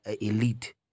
elite